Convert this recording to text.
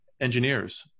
engineers